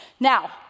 Now